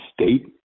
State